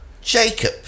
Jacob